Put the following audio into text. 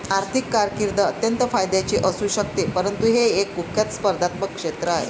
आर्थिक कारकीर्द अत्यंत फायद्याची असू शकते परंतु हे एक कुख्यात स्पर्धात्मक क्षेत्र आहे